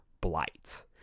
Blight